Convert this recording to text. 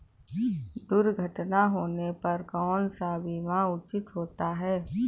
दुर्घटना होने पर कौन सा बीमा उचित होता है?